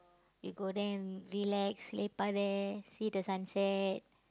we go there and relax lepak there see the sunset